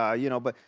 ah you know but,